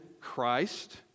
Christ